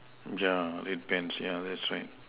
jar red pants yeah that's right